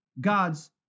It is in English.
God's